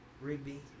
Rigby